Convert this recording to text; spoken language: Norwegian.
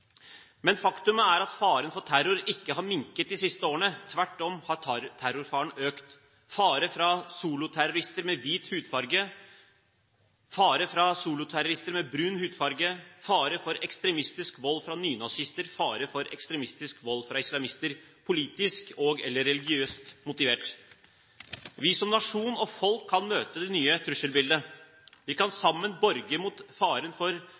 men faktum er at faren for terror ikke har minket de siste årene. Tvert om har terrorfaren økt. Det er fare for soloterrorister med hvit hudfarge, fare for soloterrorister med brun hudfarge, fare for ekstremistisk vold fra nynazister, fare for ekstremistisk vold fra islamister – politisk og/eller religiøst motivert. Vi som nasjon og folk kan møte det nye trusselbildet. Vi kan stå sammen mot faren for